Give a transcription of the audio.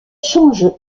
change